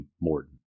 Morton